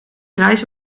reis